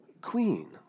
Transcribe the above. queen